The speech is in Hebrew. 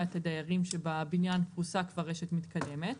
את הדיירים שבבניין פרוסה כבר רשת מתקדמת.